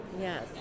Yes